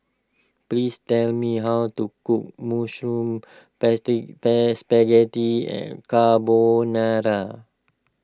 please tell me how to cook Mushroom plastic bags Spaghetti Carbonara